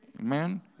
Amen